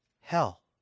hell